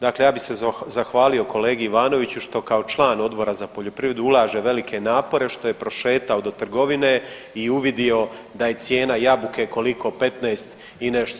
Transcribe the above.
Dakle, ja bih se zahvalio kolegi Ivanoviću što kao član Odbora za poljoprivredu ulaže velike napore što je prošetao do trgovine i uvidio da je cijena jabuke koliko 15 i nešto.